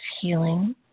healing